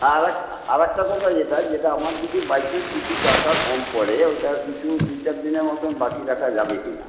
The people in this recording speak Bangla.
আর এক আর একটা কথা যেটা যেটা আমার যদি বাইচান্স কিছু টাকা কম পড়ে ওইটা কিছু দুই চার দিনের মতন বাকি রাখা যাবে কিনা